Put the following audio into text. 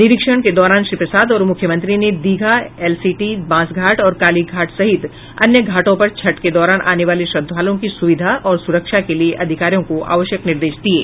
निरीक्षण के दौरान श्री प्रसाद और मुख्यमंत्री ने दीघा एलसीटी बांस घाट और काली घाट सहित अन्य घाटों पर छठ के दौरान आने वाले श्रद्वालुओं की सुविधा और सुरक्षा के लिए अधिकारियों को आवश्यक निर्देश दिये